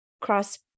cross